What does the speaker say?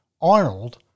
Arnold